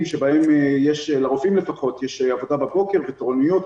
שבהם יש לרופאים לפחות עבודה בבוקר ותורנויות,